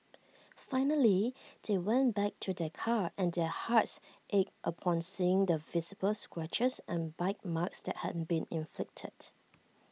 finally they went back to their car and their hearts ached upon seeing the visible scratches and bite marks that had been inflicted